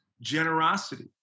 generosity